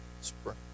spring